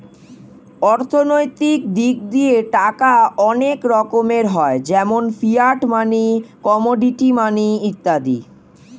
অর্থনৈতিক দিক দিয়ে টাকা অনেক রকমের হয় যেমন ফিয়াট মানি, কমোডিটি মানি ইত্যাদি